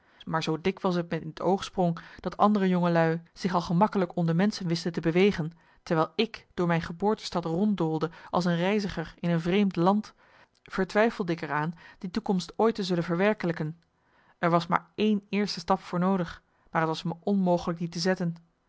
maar zoo dikwijls t me in het oog sprong dat andere jongelui zich al gemakkelijk onder menschen wisten te bewegen terwijl ik door mijn geboortestad ronddoolde als een reiziger in een vreemd land vertwijfelde ik er aan die toekomst ooit te zullen verwerkelijken er was maar een eerste stap voor noodig maar t was me onmogelijk die te zetten